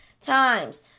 times